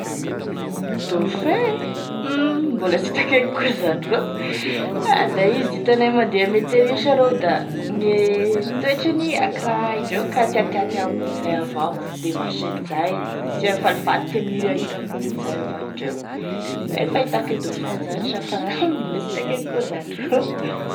Dauphin ein hum mbola sy hitako eky koa zany ro, ah da izy hitanay mandeha ame télé io sha rô da gne toetrany akora indreo akoraha tiatia olo zay avao sy de maseky zay tia falifaly tia mihirahira amin'olo zay avao indreo izay e fahitako e dauphin zany sa fa hum mbola sy hitako eky koa zany rô